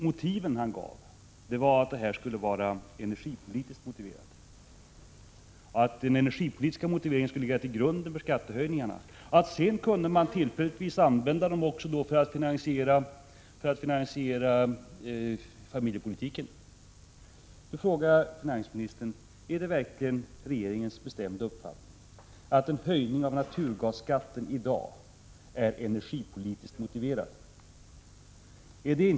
Finansministern angav att energipolitiska motiveringar skulle ligga till grund för skattehöjningarna och att man sedan tillfälligtvis kunde använda medlen för att finansiera familjepolitiken. Då frågar jag finansministern: Är det verkligen regeringens bestämda uppfattning att en höjning av naturgasskatten i dag är energipolitiskt motiverad?